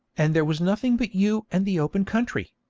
and there was nothing but you and the open country.